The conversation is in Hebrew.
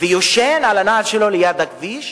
ויושן על הנעל שלו ליד הכביש?